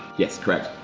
yes correct.